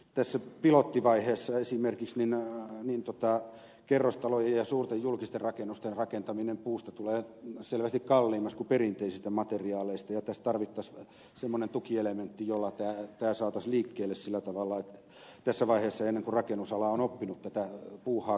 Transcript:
tässä pilottivaiheessa esimerkiksi kerrostalojen ja suurten julkisten rakennusten rakentaminen puusta tulee selvästi kalliimmaksi kuin perinteisistä materiaaleista ja tässä tarvittaisiin semmoinen tukielementti jolla tämä saataisiin liikkeelle sillä tavalla tässä vaiheessa ennen kuin rakennusala on oppinut tätä puuhaa kunnolla tekemään